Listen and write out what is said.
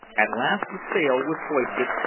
at last the sail was hoisted,